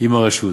עם הרשות.